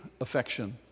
affection